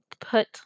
put